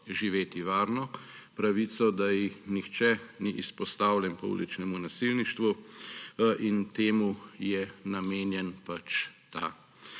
živeti varno, pravico, da nihče ni izpostavljen pouličnem nasilništvu; in temu je namenjen ta